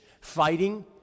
fighting